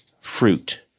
fruit